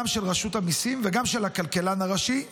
גם של רשות המיסים וגם של הכלכלן הראשי,